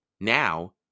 Now